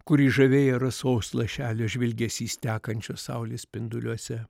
kurį žavėjo rasos lašelio žvilgesys tekančios saulės spinduliuose